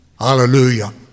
hallelujah